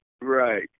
right